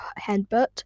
Headbutt